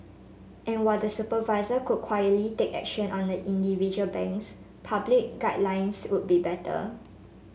and while the supervisor could quietly take action on the individual banks public guidelines would be better